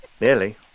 Nearly